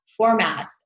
formats